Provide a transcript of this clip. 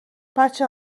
بچه